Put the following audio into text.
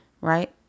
right